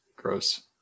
Gross